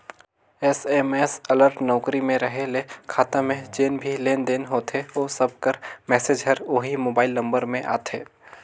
SMS alert नउकरी में रहें ले खाता में जेन भी लेन देन होथे ओ सब कर मैसेज हर ओही मोबाइल नंबर में आथे